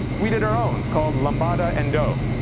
we did our own called lambada and doe.